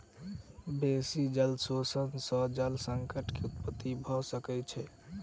बेसी जल शोषण सॅ जल संकट के उत्पत्ति भ सकै छै